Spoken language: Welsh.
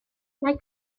mae